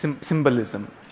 symbolism